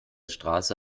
straße